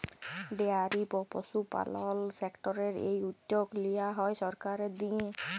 dairy বা পশুপালল সেক্টরের এই উদ্যগ লিয়া হ্যয় সরকারের দিঁয়ে